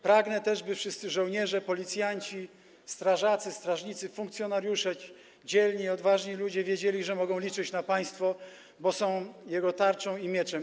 Pragnę też, by wszyscy żołnierze, policjanci, strażacy, strażnicy, funkcjonariusze, ci dzielni, odważni ludzie wiedzieli, że mogą liczyć na państwo, bo są jego tarczą i mieczem.